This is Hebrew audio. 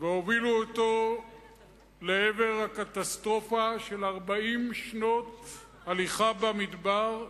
והובילו אותו לעבר הקטסטרופה של 40 שנות הליכה במדבר,